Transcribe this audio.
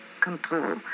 control